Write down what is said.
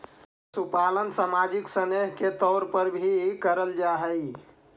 पशुपालन सामाजिक स्नेह के तौर पर भी कराल जा हई